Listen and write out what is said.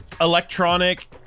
electronic